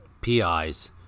PIs